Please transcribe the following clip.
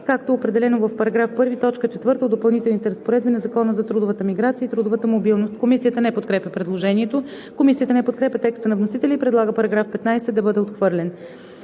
както е определено в § 1, т. 4 от допълнителните разпоредби на Закона за трудовата миграция и трудовата мобилност.“ Комисията не подкрепя предложението. Комисията не подкрепя текста на вносителя и предлага § 15 да бъде отхвърлен.